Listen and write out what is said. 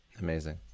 Amazing